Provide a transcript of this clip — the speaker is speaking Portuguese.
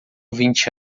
vinte